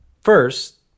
First